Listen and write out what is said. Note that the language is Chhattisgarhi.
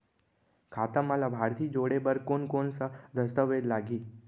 खाता म लाभार्थी जोड़े बर कोन कोन स दस्तावेज लागही?